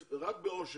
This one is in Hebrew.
אני מדבר רק על עושק.